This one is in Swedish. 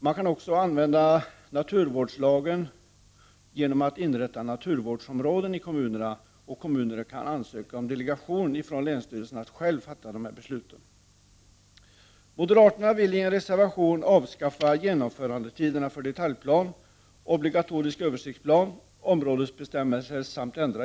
Man kan också tillämpa naturvårdslagen genom att inrätta naturvårdsområden i kommunerna, och kommunerna kan ansöka om delegation från länsstyrelsen för att själva kunna fatta dessa beslut.